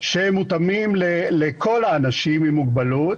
שמותאמים לכל האנשים עם מוגבלות,